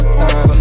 time